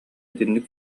итинник